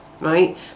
right